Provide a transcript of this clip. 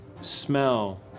smell